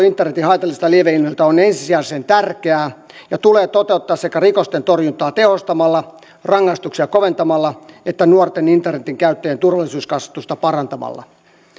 internetin haitallisilta lieveilmiöiltä on ensisijaisen tärkeää ja tulee toteuttaa sekä rikosten torjuntaa tehostamalla rangaistuksia koventamalla että nuorten internetin käyttäjien turvallisuuskasvatusta parantamalla